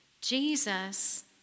Jesus